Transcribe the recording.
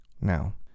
Now